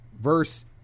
Verse